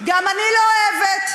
גם אני לא אוהבת,